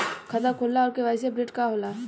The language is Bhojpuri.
खाता खोलना और के.वाइ.सी अपडेशन का होला?